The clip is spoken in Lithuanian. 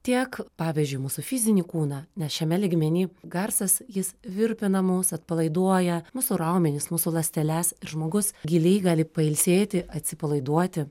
tiek pavyzdžiui mūsų fizinį kūną nes šiame lygmeny garsas jis virpina mus atpalaiduoja mūsų raumenis mūsų ląsteles ir žmogus giliai gali pailsėti atsipalaiduoti